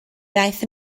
ddaeth